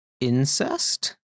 Incest